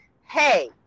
Hey